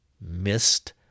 missed